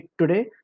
today